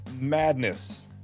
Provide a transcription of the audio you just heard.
Madness